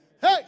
Hey